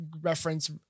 reference